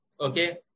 Okay